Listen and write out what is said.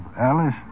Alice